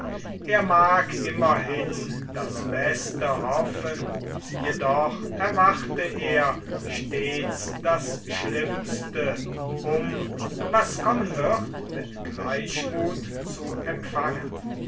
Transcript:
er mag immerhin das beste hoffen jedoch erwarte er stets das schlimmste um was kommen wird mit gleichmuth zu empfangen